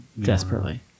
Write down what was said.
Desperately